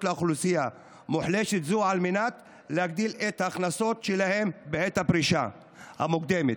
לאוכלוסייה המוחלשת זו על מנת להגדיל את ההכנסות שלה בעת הפרישה המוקדמת,